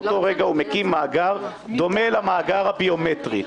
באותו רגע הוא מקים מאגר דומה למאגר הביומטרי.